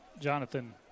Jonathan